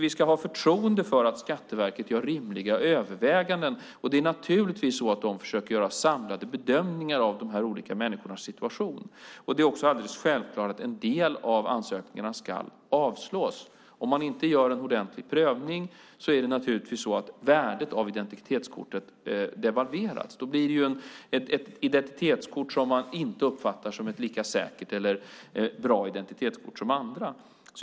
Vi ska ha förtroende för att Skatteverket gör rimliga överväganden. Det är naturligtvis så att de försöker göra samlade bedömningar av de olika människornas situation. Det är också alldeles självklart att en del av ansökningarna ska avslås. Om man inte gör en ordentlig prövning är det naturligtvis så att värdet av identitetskortet devalveras. Då blir det ett identitetskort som man inte uppfattar som ett lika säkert eller bra identitetskort som andra.